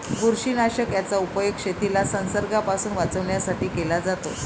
बुरशीनाशक याचा उपयोग शेतीला संसर्गापासून वाचवण्यासाठी केला जातो